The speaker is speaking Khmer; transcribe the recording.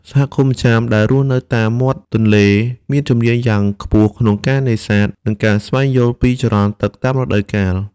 សហគមន៍ចាមដែលរស់នៅតាមមាត់ទន្លេ មានជំនាញយ៉ាងខ្ពស់ក្នុងការនេសាទ និងការស្វែងយល់ពីចរន្តទឹកតាមរដូវកាល។